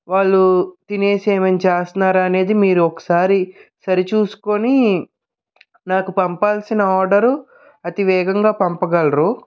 వాళ్ళు తినేసి ఏమన్నా చేస్తన్నారా అనేది మీరు ఒకసారి సరిచూసుకుని నాకు పంపాల్సిన ఆర్డరు అతి వేగంగా పంపగలరు